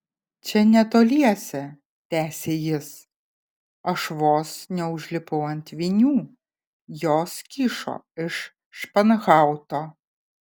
čia netoliese tęsė jis aš vos neužlipau ant vinių jos kyšo iš španhauto